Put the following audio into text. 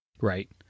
Right